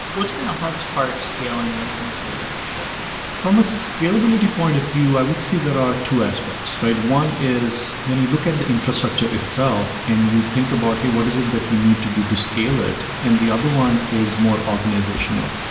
what's been the hardest part of scaling linkedin's data infrastructure? from a scalability point of view, i would say there are two aspects. one is when you look at the infrastructure itself and you think about, hey, what is it that you need to do to scale it? and the other one is more organizational.